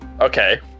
Okay